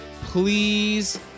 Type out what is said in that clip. Please